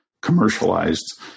commercialized